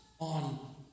on